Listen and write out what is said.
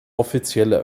offizielle